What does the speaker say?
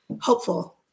hopeful